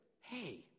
hey